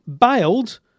Bailed